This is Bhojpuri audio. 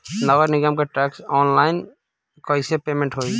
नगर निगम के टैक्स ऑनलाइन कईसे पेमेंट होई?